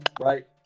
Right